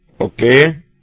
Okay